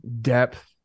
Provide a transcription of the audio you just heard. depth